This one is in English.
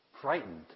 frightened